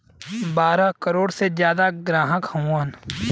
बारह करोड़ से जादा ग्राहक हउवन